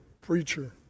preacher